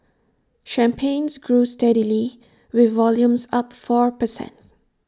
champagnes grew steadily with volumes up four per cent